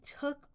took